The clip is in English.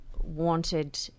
wanted